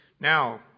Now